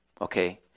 okay